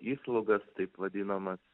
įslūgas taip vadinamas